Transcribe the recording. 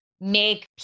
make